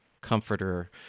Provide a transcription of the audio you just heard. comforter